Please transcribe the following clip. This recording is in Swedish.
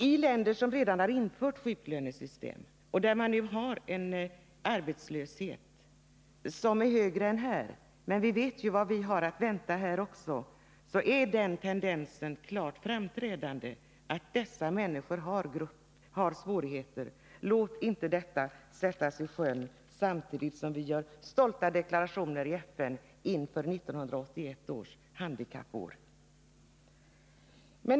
I länder som redan har infört sjuklönesystem och där man nu har högre arbetslöshet än här — men vi vet vad vi också har att vänta oss — så är tendensen klart framträdande att dessa människor har svårigheter. Låt inte dessa sättas i sjön, samtidigt som vi gör stolta deklarationer i FN inför 1981 års handikappår!